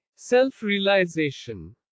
Self-realization